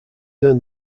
earned